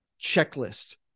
checklist